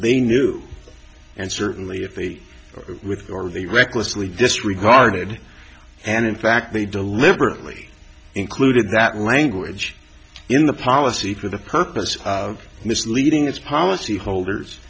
they knew and certainly if they record they recklessly disregarded and in fact they deliberately included that language in the policy for the purpose of misleading its policy holders